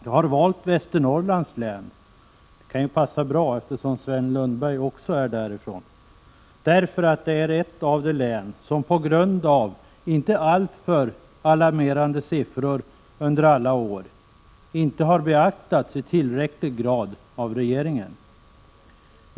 Jag har valt Västernorrlands län — och det kan passa bra, eftersom Sven Lundberg också är därifrån — därför att det är ett av de län som på grund av inte alltför alarmerande siffror under alla år inte har beaktats i tillräcklig grad av regeringen.